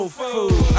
food